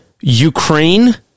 Ukraine